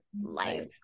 life